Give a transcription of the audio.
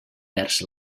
vers